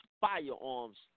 firearms